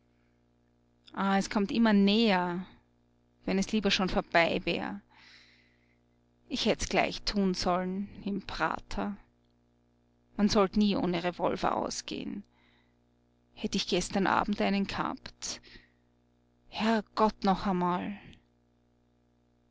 ah es kommt immer näher wenn es lieber schon vorbei wär ich hätt's gleich tun sollen im prater man sollt nie ohne revolver ausgeh'n hätt ich gestern abend einen gehabt herrgott noch einmal